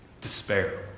despair